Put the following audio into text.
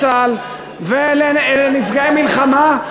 ולנפגעי מלחמה,